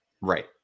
right